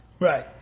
Right